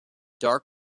dark